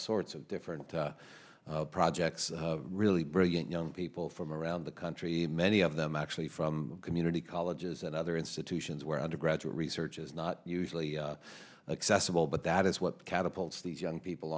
sorts of different projects really brilliant young people from around the country many of them actually from community colleges and other institutions where undergraduate research is not usually excessive all but that is what catapults these young people